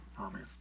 Amen